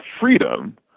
freedom